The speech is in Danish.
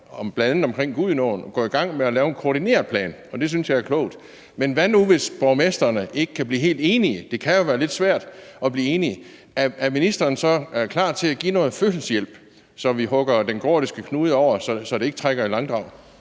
bl.a. omkring Gudenåen, om at gå i gang med at lave en koordineret plan, og det synes jeg er klogt. Men hvad nu, hvis borgmestrene ikke kan blive helt enige? Det kan jo være lidt svært at blive enige. Er ministeren så klar til at give noget fødselshjælp, så vi hugger den gordiske knude over, så det ikke trækker i langdrag?